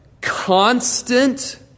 constant